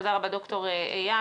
תודה רבה, ד"ר איל.